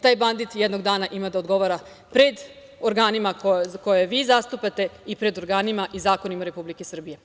Taj bandit jednog dana ima da odgovara pred organima koje vi zastupate i pred organima i zakonima Republike Srbije.